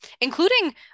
including